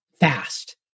fast